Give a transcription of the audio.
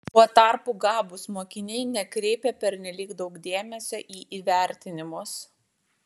tuo tarpu gabūs mokiniai nekreipia pernelyg daug dėmesio į įvertinimus